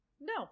No